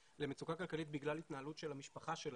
למצוקה כלכלית בגלל ההתנהלות של המשפחה שלהם,